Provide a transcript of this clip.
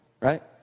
right